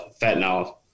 fentanyl